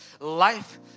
life